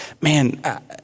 man